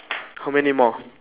how many more